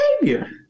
behavior